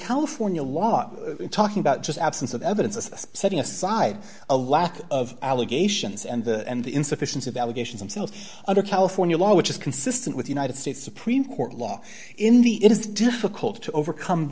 california law talking about just absence of evidence of this setting aside a lack of allegations and and the insufficiency of allegations and still under california law which is consistent with united states supreme court law in the it is difficult to overcome